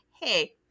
hey